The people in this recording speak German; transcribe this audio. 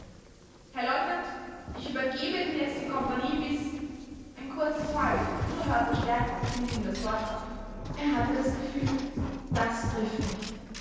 herr leutnant ich übergebe ihnen jetzt die kompagnie bis ein kurzes heulen von unerhörter stärke schnitt ihm das wort ab er hatte das gefühl das trifft mich